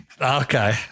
okay